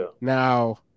Now